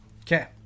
Okay